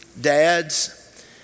dads